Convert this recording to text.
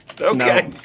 Okay